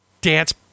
dance